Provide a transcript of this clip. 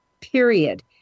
period